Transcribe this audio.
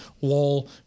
wall